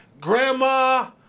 Grandma